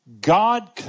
God